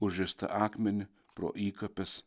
užristą akmenį pro įkapes